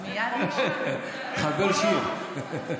תחבר שיר.